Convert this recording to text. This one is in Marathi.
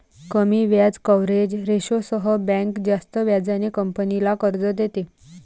कमी व्याज कव्हरेज रेशोसह बँक जास्त व्याजाने कंपनीला कर्ज देते